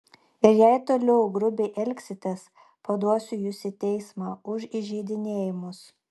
ir jei toliau grubiai elgsitės paduosiu jus į teismą už įžeidinėjimus